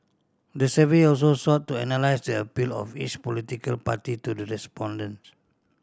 the survey also sought to analyse the appeal of each political party to the respondents